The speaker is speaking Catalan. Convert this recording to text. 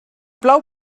plou